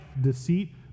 deceit